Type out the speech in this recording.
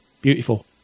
beautiful